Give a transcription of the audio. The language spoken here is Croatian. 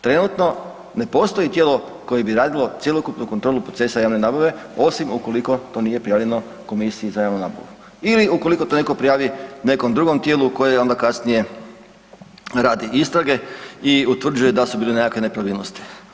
Trenutno ne postoji tijelo koje bi radilo cjelokupnu kontrolu procesa javne nabave osim ukoliko to nije prijavljeno Komisiji za javnu nabavu ili ukoliko to netko prijavi nekom drugom tijelu koje onda kasnije radi istrage i utvrđuje da su bili nekakve nepravilnosti.